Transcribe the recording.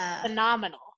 phenomenal